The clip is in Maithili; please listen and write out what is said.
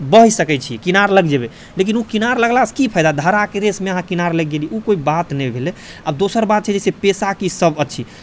बहि सकै छी किनार लग जेबै लेकिन उ किनार लगलासँ कि फायदा धाराके रेसमे अहाँ किनार लागि गेलियै उ कोइ बात नहि भेलै आब दोसर बात छै जैसे पेशा कि सब अछि